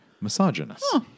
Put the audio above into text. misogynist